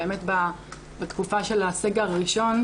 באמת בתקופה של הסגר הראשון,